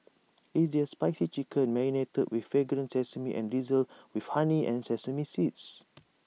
is their spicy chicken marinated with fragrant sesame and drizzled with honey and sesame seeds